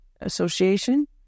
association